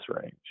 range